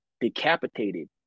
Decapitated